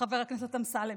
חבר הכנסת אמסלם,